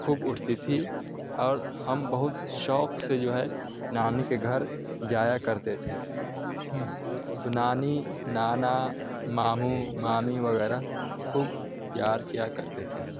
خوب اٹھتی تھی اور ہم بہت شوق سے جو ہے نانی کے گھر جایا کرتے تھے تو نانی نانا ماموں مامی وغیرہ خوب پیار کیا کرتے تھے